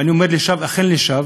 ואני אומר לשווא, אכן לשווא.